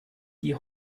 die